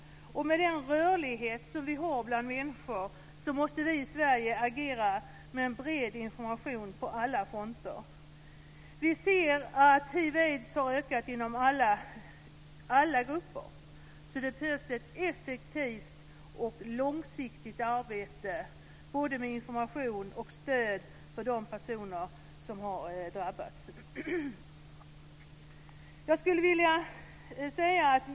Med den rörlighet som vi har bland människor måste vi i Sverige agera med en bred information på alla fronter. Vi ser att hiv/aids har ökat inom alla grupper, så det behövs ett effektivt och långsiktigt arbete, både med information och med stöd för de personer som har drabbats.